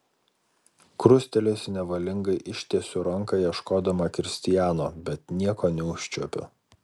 krustelėjusi nevalingai ištiesiu ranką ieškodama kristijano bet nieko neužčiuopiu